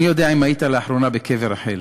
אם היית לאחרונה בקבר רחל,